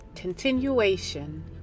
continuation